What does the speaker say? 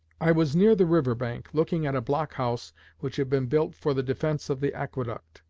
i was near the river-bank, looking at a block-house which had been built for the defense of the aqueduct,